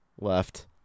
left